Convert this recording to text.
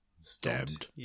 stabbed